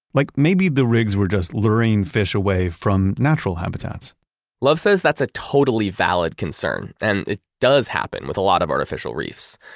like maybe the rigs were just luring fish away from natural habitats love says that's a totally valid concern and it does happen with a lot of artificial reefs,